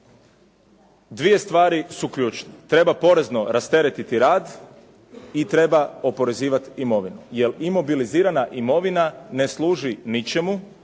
Dvije stvari su ključne, treba porezno rasteretiti rad i treba oporezivati imovinu. Jer imobilizirana imovina ne služi ničemu